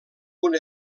una